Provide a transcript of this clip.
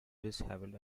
dishevelled